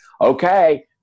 okay